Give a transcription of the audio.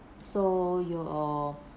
so you're